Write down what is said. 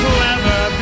Clever